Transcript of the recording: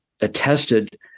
attested